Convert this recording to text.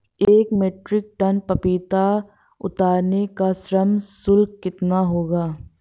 एक metric ton पपीता उतारने का श्रम शुल्क कितना होगा?